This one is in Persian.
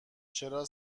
چرا